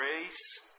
grace